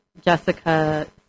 Jessica